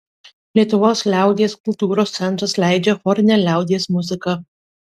lietuvos liaudies kultūros centras leidžia chorinę liaudies muziką